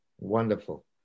Wonderful